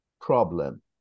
problem